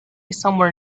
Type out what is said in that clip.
somewhere